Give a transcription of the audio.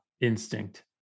instinct